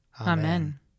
Amen